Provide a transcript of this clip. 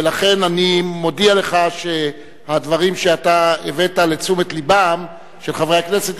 ולכן אני מודיע לך שהדברים שאתה הבאת לתשומת לבם של חברי הכנסת,